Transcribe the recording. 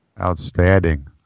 outstanding